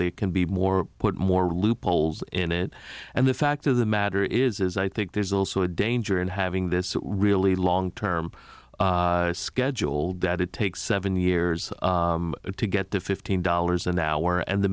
they can be more put more loopholes in it and the fact of the matter is is i think there's also a danger in having this really long term scheduled that it takes seven years to get to fifteen dollars an hour and the